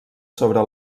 sobre